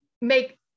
make